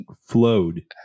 flowed